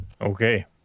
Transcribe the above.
Okay